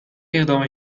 اقدام